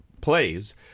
plays